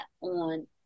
on